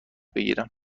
بگیرم